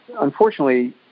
unfortunately